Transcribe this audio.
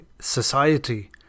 society